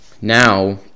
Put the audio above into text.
now